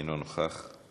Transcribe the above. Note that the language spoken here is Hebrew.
אינו נוכח,